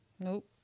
Nope